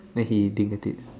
then he Din get it